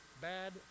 bad